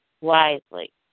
wisely